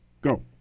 Go